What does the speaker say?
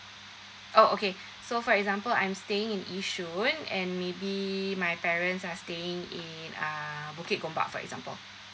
oh okay so for example I'm staying in yishun and maybe my parents are staying in uh bukit gombak for example